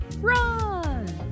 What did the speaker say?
run